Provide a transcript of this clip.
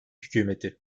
hükümeti